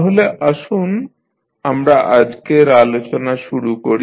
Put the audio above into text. তাহলে আসুন আমরা আজকের আলোচনা শুরু করি